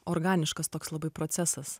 organiškas toks labai procesas